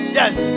yes